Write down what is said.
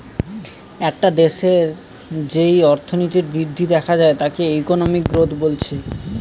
একটা দেশের যেই অর্থনৈতিক বৃদ্ধি দেখা যায় তাকে ইকোনমিক গ্রোথ বলছে